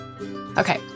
Okay